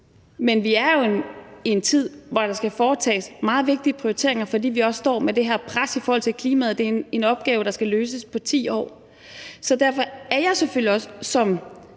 Men vi er jo i en tid, hvor der skal foretages meget vigtige prioriteringer, fordi vi også står med det her pres i forhold til klimaet. Det er en opgave, der skal løses på 10 år. Derfor er jeg selvfølgelig også som